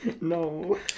No